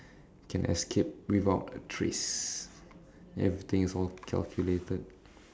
can escape without a trace everything is all calculated